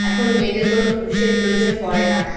এখন মেয়েদের কোনো পুরুষের প্রয়োজন পড়ে না